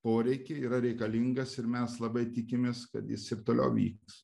poreikį yra reikalingas ir mes labai tikimės kad jis ir toliau vyks